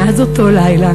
מאז אותו לילה